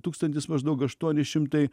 tūkstantis maždaug aštuoni šimtai